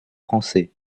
français